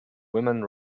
women